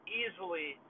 easily